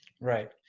Right